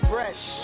Fresh